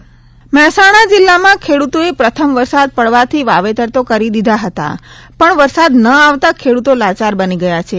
વરસાદ મહેસાણામાં જિલ્લામાં ખેડૂતોએ પ્રથમ વરસાદ પડવાથી વાવેતર તો કરી દીધા હતા પણ વરસાદ ન આવતાં ખેડૂતો લાચાર બની ગયા છે